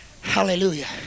Hallelujah